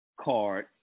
card